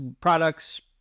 products